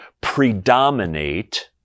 predominate